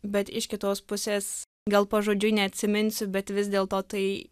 bet iš kitos pusės gal pažodžiui neatsiminsiu bet vis dėlto tai